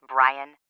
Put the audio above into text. Brian